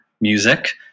Music